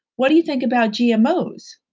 what do you think about gmos?